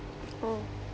oh